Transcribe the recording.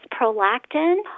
prolactin